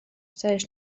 ceļš